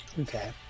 Okay